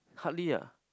hardly ah